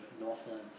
Northland